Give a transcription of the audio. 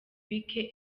bike